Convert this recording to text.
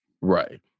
Right